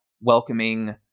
welcoming